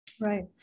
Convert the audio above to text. Right